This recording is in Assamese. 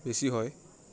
বেছি হয়